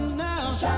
now